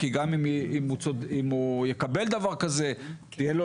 כי גם אם הוא יקבל דבר כזה תהיינה לו